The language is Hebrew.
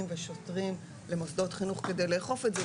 ושוטרים למוסדות חינוך כדי לאכוף את זה,